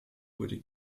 wurde